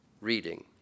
reading